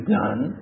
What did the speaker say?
done